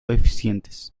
eficientes